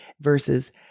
versus